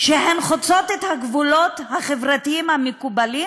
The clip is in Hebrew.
שהן חוצות את הגבולות החברתיים המקובלים,